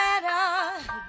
better